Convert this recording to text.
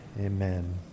Amen